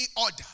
order